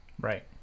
Right